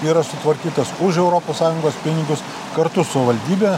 yra sutvarkytas už europos sąjungos pinigus kartu su valdybe